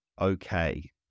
okay